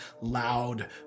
loud